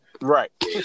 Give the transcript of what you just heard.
Right